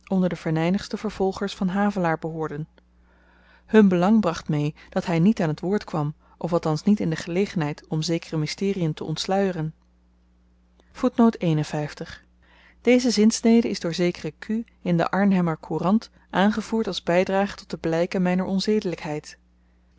onder de venynigste vervolgers van havelaar behoorden hun belang bracht mee dat hy niet aan t woord kwam of althans niet in de gelegenheid om zekere mysteriën te ontsluieren deze zinsnede is door zekeren q in de arnhemmer courant aangevoerd als bydrage tot de blyken myner